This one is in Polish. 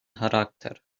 charakter